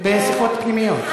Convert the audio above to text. באספות פנימיות.